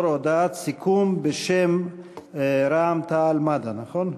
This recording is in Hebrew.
הודעת סיכום בשם רע"ם-תע"ל-מד"ע וחד"ש.